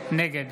נגד